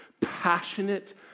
passionate